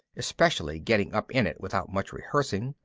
especially getting up in it without much rehearsing,